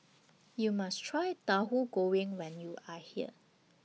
YOU must Try Tauhu Goreng when YOU Are here